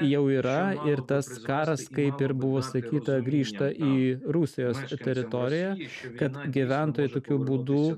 jau yra ir tas karas kaip ir buvo sakyta grįžta į rusijos teritoriją kad gyventojai tokiu būdu